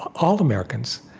all americans,